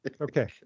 okay